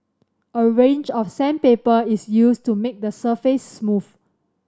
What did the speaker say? a range of sandpaper is used to make the surface smooth